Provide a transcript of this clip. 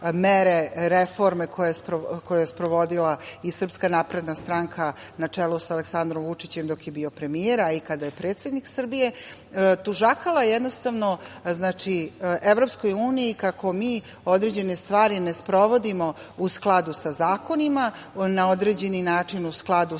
mere reforme koje je sprovodila i SNS, na čelu sa Aleksandrom Vučićem, dok je bio premijer, a i kada je predsednik Srbije. Tužakala je jednostavno EU kako mi određene stvari ne sprovodimo u skladu sa zakonima, na određeni način u skladu